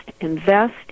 invest